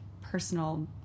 personal